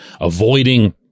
avoiding